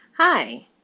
Hi